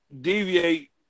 Deviate